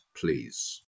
please